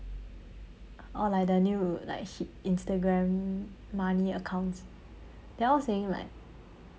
or like the new like h~ instagram money accounts they are all saying like